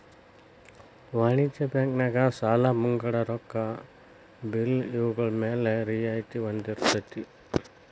ವಾಣಿಜ್ಯ ಬ್ಯಾಂಕ್ ನ್ಯಾಗ ಸಾಲಾ ಮುಂಗಡ ರೊಕ್ಕಾ ಬಿಲ್ಲು ಇವ್ಗಳ್ಮ್ಯಾಲೆ ರಿಯಾಯ್ತಿ ಹೊಂದಿರ್ತೆತಿ